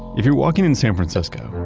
if you're walking in san francisco,